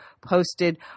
posted